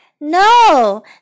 No